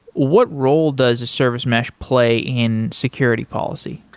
what role does a service mesh play in security policy?